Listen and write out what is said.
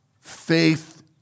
Faith